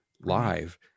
live